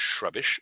shrubbish